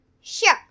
Sure